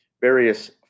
various